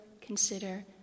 consider